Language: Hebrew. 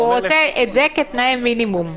הוא רוצה את זה כתנאי מינימום,